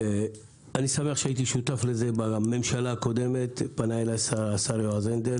אני שמח שהייתי שותף לזה בממשלה הקודמת עת פנה אלי השר יועז הנדל